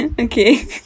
okay